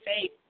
faith